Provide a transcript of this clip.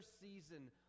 season